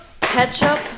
ketchup